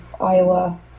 Iowa